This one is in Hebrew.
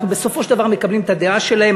ואנחנו בסופו של דבר מקבלים את הדעה שלהם.